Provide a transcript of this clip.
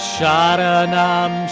Sharanam